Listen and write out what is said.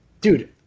dude